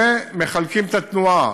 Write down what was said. ומחלקים את התנועה